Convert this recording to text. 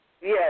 Yes